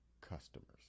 customers